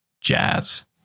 jazz